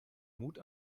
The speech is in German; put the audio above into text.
mut